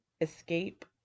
escape